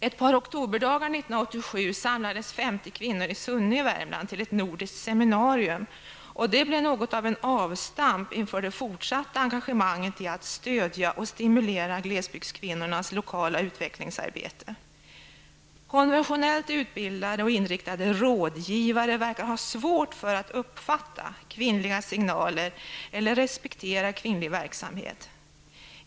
Ett par oktoberdagar 1987 samlades 50 kvinnor i Sunne i Värmland till ett nordiskt seminarium som blev något av ett avstamp inför det fortsatta engagemanget i att stödja och stimulera glesbygdskvinnornas lokala utvecklingsarbete. Konventionellt utbildade och inriktade rådgivare verkar ha svårt för att uppfatta kvinnliga signaler eller respektera kvinnlig verksamhet.